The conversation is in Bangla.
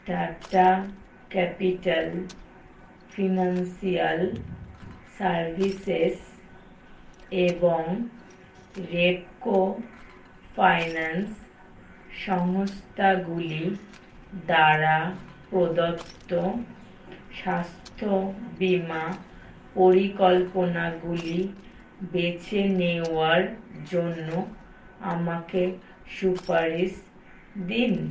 টাটা ক্যাপিটাল ফিনান্সিয়াল সার্ভিসেস এবং রেপকো ফাইন্যান্স সংস্থাগুলি দ্বারা প্রদত্ত স্বাস্থ্য বীমা পরিকল্পনাগুলি বেছে নেওয়ার জন্য আমাকে সুপারিশ দিন